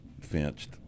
fenced